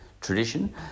tradition